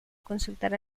consultar